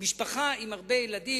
משפחה עם הרבה ילדים,